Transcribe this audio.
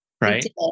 right